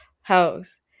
house